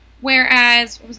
Whereas